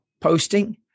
posting